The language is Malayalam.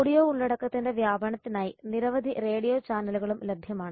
ഓഡിയോ ഉള്ളടക്കത്തിന്റെ വ്യാപനത്തിനായി നിരവധി റേഡിയോ ചാനലുകളും ലഭ്യമാണ്